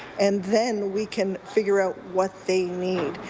and then we can figure out what they need.